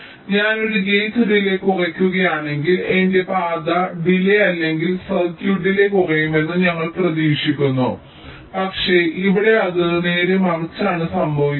അതിനാൽ ഞാൻ ഒരു ഗേറ്റ് ഡിലേയ് കുറയ്ക്കുകയാണെങ്കിൽ എന്റെ പാത ഡിലേയ് അല്ലെങ്കിൽ സർക്യൂട്ട് ഡിലേയ് കുറയുമെന്ന് ഞങ്ങൾ പ്രതീക്ഷിക്കുന്നു പക്ഷേ ഇവിടെ അത് നേരെ മറിച്ചാണ് സംഭവിക്കുന്നത്